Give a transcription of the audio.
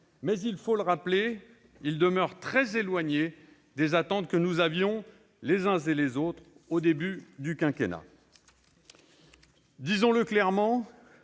mais, il faut le rappeler, il demeure très éloigné des attentes que nous nourrissions, les uns et les autres, au début du quinquennat. Disons-le clairement,